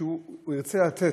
שהוא ירצה לתת,